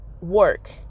work